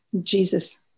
Jesus